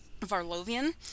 varlovian